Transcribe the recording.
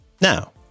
Now